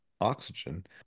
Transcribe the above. oxygen